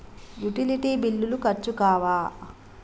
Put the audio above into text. Utility బిల్లులు ఖర్చు కావా?